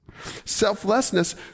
Selflessness